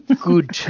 Good